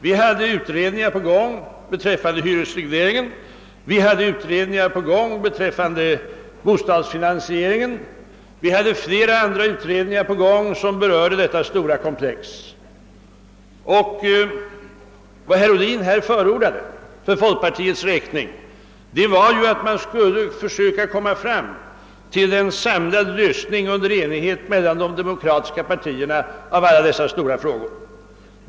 Vi hade utredningar som arbetade med hyresregleringen och med bostadsfinansieringen och dessutom flera andra utredningar som berörde detta stora problemkomplex. Vad herr Ohlin förordade för folkpartiets räkning var ju att man skulle försöka uppnå en samlad lösning under enighet mellan de demokratiska partierna om alla dessa stora frågor.